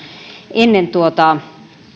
ennen tuota